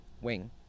wing